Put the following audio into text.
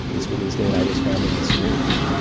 this woman's dna was found on the syringe.